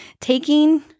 Taking